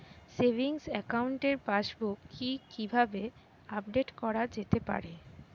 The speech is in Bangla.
সেভিংস একাউন্টের পাসবুক কি কিভাবে আপডেট করা যেতে পারে?